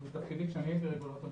בתפקידי כשאני הייתי רגולטור,